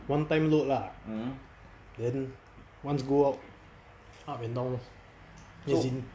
one time load lah then once go out up and down lor as in